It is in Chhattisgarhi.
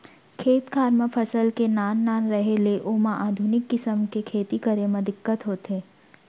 खेत खार म फसल के नान नान रहें ले ओमा आधुनिक किसम के खेती करे म दिक्कत होथे